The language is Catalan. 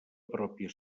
pròpia